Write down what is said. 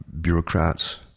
bureaucrats